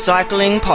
Cycling